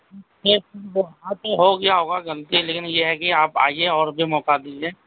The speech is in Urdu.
یہ ہو گیا ہوگا غلطی لیکن یہ ہے کہ آپ آئیے اور بھی موقعہ دیجیے